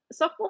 softball